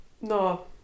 No